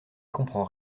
comprends